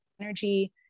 energy